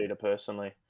personally